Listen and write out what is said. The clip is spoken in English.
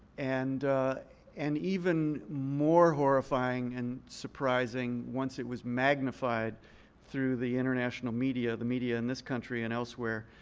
and and even more horrifying and surprising once it was magnified through the international media, the media in this country and elsewhere,